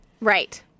Right